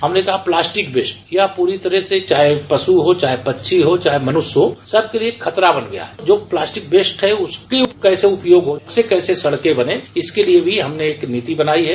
हमारे कहा plastic waste या पूरी तरह से चाहे पशु हो चाहे पक्षी हो चाहे मनुष्य को सबके लिये खतरा बढ़ गया है जो प्लास्टिक बेस्ट उसका कैसे उपयोग हो उससे कैसे सड़को बने इसके लिये भी हमने एक नीति बनाई हैं